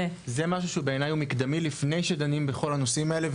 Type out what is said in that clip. אני פשוט אומר שבעיניי זה משהו שהוא מקדמי לפני שדנים בכל הנושאים האלה.